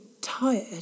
tired